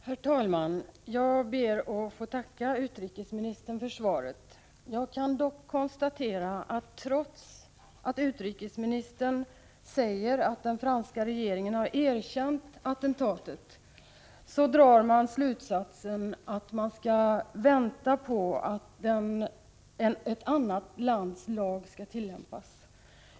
Herr talman! Jag ber att få tacka utrikesministern för svaret. Jag kan dock konstatera att man, trots att utrikesministern säger att den franska regeringen har erkänt attentatet, drar slutsatsen att ett annat lands lag skall tillämpas.